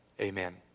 amen